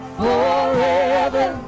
forever